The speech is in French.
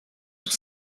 tout